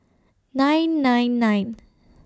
nine nine nine